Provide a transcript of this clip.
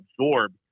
absorb